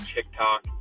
TikTok